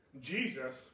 Jesus